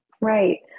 Right